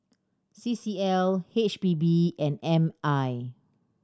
C C L H P B and M I